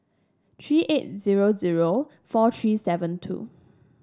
three eight zero zero four three seven two